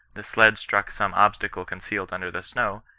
the sled struck some obstacle concealed under the snow,